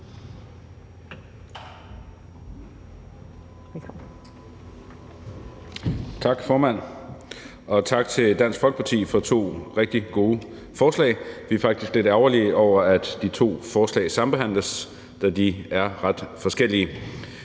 Tak, formand. Tak til Dansk Folkeparti for to rigtig gode forslag. Vi er faktisk lidt ærgerlige over, at de to forslag sambehandles, da de er ret forskellige.